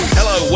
Hello